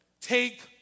Take